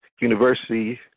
university